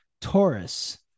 Taurus